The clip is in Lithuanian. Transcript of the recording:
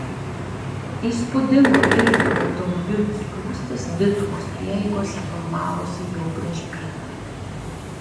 įspūdingo ilgio automobilių spūstys dituvos prieigose formavosi jau priešpiet